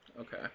okay